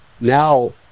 now